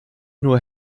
nur